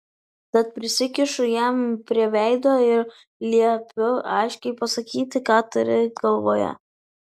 tad prisikišu jam prie veido ir liepiu aiškiai pasakyti ką turi galvoje